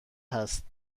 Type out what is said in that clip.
هست